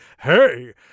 Hey